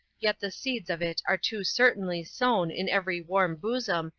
yet the seeds of it are too certainly sown in every warm bosom,